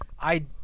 I-